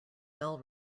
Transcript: bell